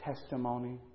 testimony